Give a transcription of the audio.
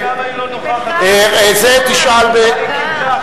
מעניין למה היא לא נוכחת, מה היא קיבלה.